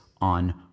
on